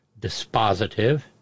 dispositive